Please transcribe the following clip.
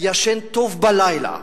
ישן טוב בלילה